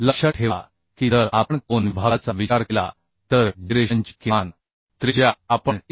लक्षात ठेवा की जर आपण कोन विभागाचा विचार केला तर जिरेशनची किमान त्रिज्या आपण IS